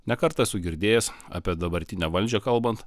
ne kartą esu girdėjęs apie dabartinę valdžią kalbant